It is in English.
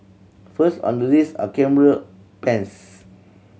first on the list are camera pens